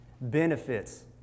benefits